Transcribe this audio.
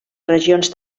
regions